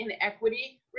inequity